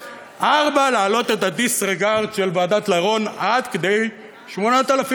4. להעלות את ה-disregard של ועדת לרון עד כדי 8,000 שקל.